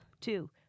Two